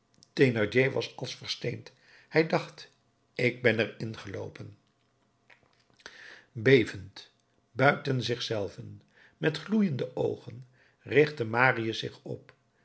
was als versteend hij dacht ik ben er in geloopen bevend buiten zich zelven met gloeiende oogen richtte marius zich op